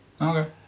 Okay